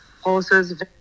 horses